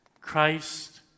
Christ